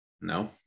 No